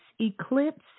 eclipse